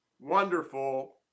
wonderful